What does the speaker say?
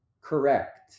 Correct